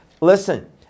Listen